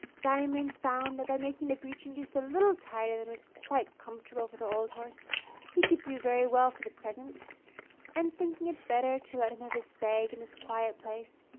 diamond found that by making the breeching just a little tighter than was quite comfortable for the old horse he could do very well for the present and, thinking it better to let him have his bag in this quiet place,